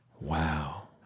Wow